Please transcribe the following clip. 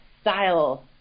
style